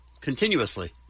continuously